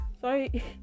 sorry